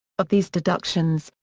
of these deductions,